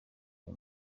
uyu